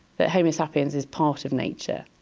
that homo sapiens is part of nature,